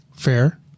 Fair